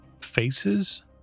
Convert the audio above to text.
faces